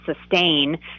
sustain